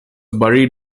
buried